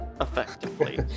effectively